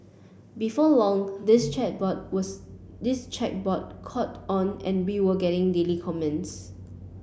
before long this chat board was this chat board caught on and we were getting daily comments